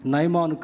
Naiman